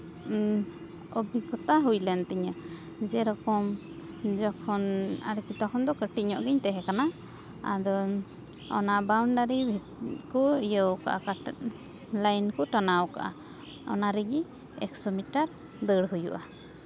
ᱚᱵᱷᱤᱜᱽᱜᱚᱛᱟ ᱦᱩᱭ ᱞᱮᱱ ᱛᱤᱧᱟᱹ ᱡᱮᱨᱚᱠᱚᱢ ᱡᱚᱠᱷᱚᱱ ᱟᱨᱠᱤ ᱛᱚᱠᱷᱚᱱ ᱫᱚ ᱠᱟᱹᱴᱤᱡ ᱧᱚᱜ ᱜᱤᱧ ᱛᱟᱦᱮᱸ ᱠᱟᱱᱟ ᱟᱫᱚ ᱚᱱᱟ ᱵᱟᱣᱩᱱᱰᱟᱨᱤ ᱵᱷᱤᱛ ᱠᱚ ᱤᱭᱟᱹᱣ ᱠᱟᱜᱼᱟ ᱞᱟᱭᱤᱱ ᱠᱚ ᱴᱟᱱᱟᱣ ᱠᱟᱜᱼᱟ ᱚᱱᱟ ᱨᱮᱜᱮ ᱫᱩᱥᱳ ᱢᱤᱴᱟᱨ ᱫᱟᱹᱲ ᱦᱩᱭᱩᱜᱼᱟ